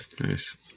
Nice